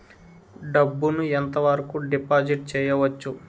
డబ్బు ను ఎంత వరకు డిపాజిట్ చేయవచ్చు?